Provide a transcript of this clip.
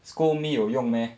scold me 有用 meh